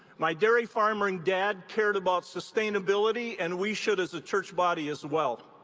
my dairy farmerring dad cared about sustainability and we should as a church body, as well.